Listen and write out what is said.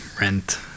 rent